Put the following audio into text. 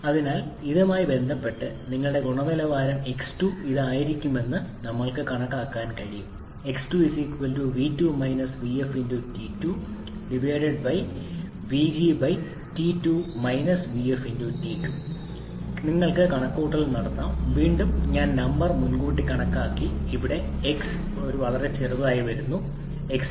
അതിനാൽ ഇതുമായി ബന്ധപ്പെട്ട് നിങ്ങളുടെ ഗുണനിലവാരം x2 ഇതായിരിക്കുമെന്ന് ഞങ്ങൾക്ക് കണക്കാക്കാൻ കഴിയും 𝑥2 𝑣2 𝑣𝑓 𝑇2 𝑣𝑔 𝑇2 𝑣𝑓 𝑇2 നിങ്ങൾക്ക് കണക്കുകൂട്ടൽ നടത്താം വീണ്ടും ഞാൻ നമ്പർ മുൻകൂട്ടി കണക്കാക്കി ഇവിടെ x വളരെ ചെറുതായി വരുന്നു x2 2